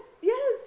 yes